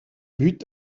but